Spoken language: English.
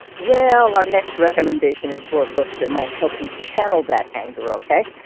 well, our next recommendation is for a book that might help you channel that anger. ok?